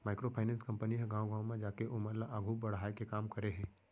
micro finance company ह गाँव गाँव म जाके ओमन ल आघू बड़हाय के काम करे हे